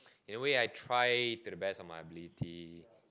then will I try to the best of my ability